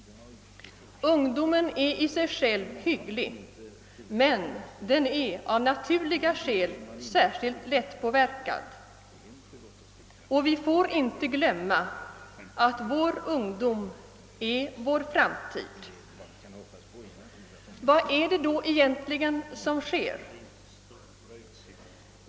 Ungdomen är i sig själv hygglig, men den är av naturliga skäl särskilt lättpåverkad. Vi får inte glömma att vår ungdom är vår framtid! Vad är det då egentligen som sker?